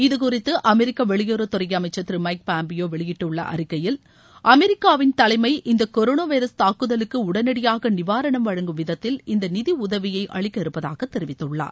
இதுகுறித்து அமெரிக்க வெளியுறவுத்துறை அமைச்சர் திரு மைக் பாம்பியோ வெளியிட்டுள்ள அறிக்கையில் அமெரிக்காவின் தலைமை இந்த கொரோனா வைரஸ் தாக்குதலுக்கு உடனடியாக நிவாரணம் வழங்கும் விதத்தில் இந்த நிதி உதவியை அளிக்க இருப்பதாக தெரிவித்துள்ளார்